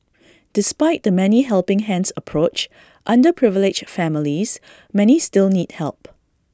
despite the many helping hands approach underprivileged families many still need help